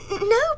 No